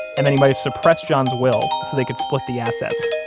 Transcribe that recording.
and that he might have suppressed john's will so they could split the assets.